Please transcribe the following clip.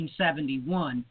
1971